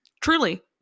truly